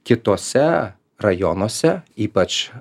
kituose rajonuose ypač